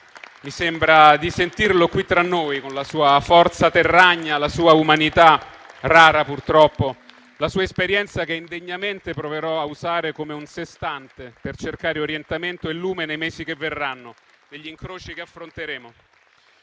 mi sembra di sentirlo qui tra noi, con la sua forza terragna, la sua umanità (rara, purtroppo), la sua esperienza che indegnamente proverò a usare come un sestante per cercare orientamento e lume nei mesi che verranno e negli incroci che affronteremo.